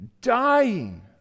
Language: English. dying